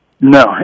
No